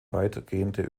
weitgehende